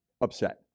upset